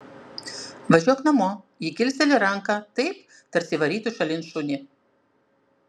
važiuok namo ji kilsteli ranką taip tarsi varytų šalin šunį